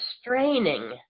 straining